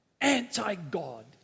Anti-God